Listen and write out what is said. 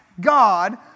God